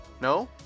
No